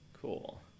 cool